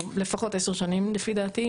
לפחות עשר שנים לפי דעתי,